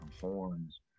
horns